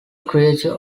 creature